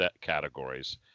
categories